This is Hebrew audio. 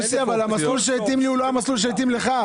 המסלול שמתאים לי הוא לא המסלול שמתאים לך.